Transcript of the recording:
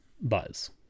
buzz